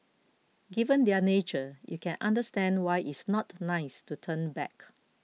given their nature you can understand why it's not nice to turn back